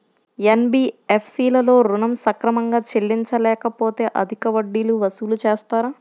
NBFC లలో ఋణం సక్రమంగా చెల్లించలేకపోతె అధిక వడ్డీలు వసూలు చేస్తారా?